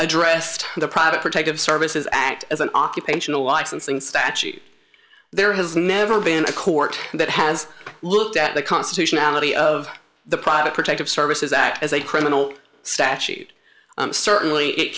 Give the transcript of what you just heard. addressed the private protective services act as an occupational licensing statute there has never been a court that has looked at the constitutionality of the private protective services act as a criminal statute certainly it